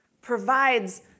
provides